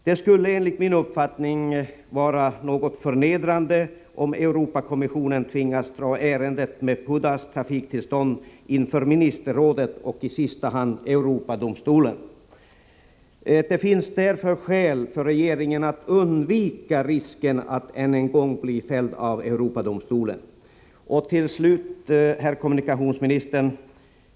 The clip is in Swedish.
Det skulle, enligt min uppfattning, vara något förnedrande om Europakommissionen tvingas dra ärendet med Pudas trafiktillstånd inför ministerrådet och i sista hand inför Europadomstolen. Det finns därför skäl för regeringen att eliminera risken att Sverige ännu en gång fälls av Europadomstolen. Herr kommunikationsminister!